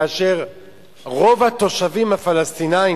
כאשר רוב התושבים הפלסטינים,